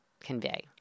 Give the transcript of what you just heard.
convey